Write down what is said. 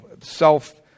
self